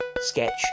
sketch